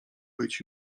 być